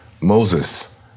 Moses